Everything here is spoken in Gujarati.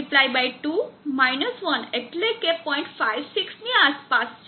56 ની આસપાસ છે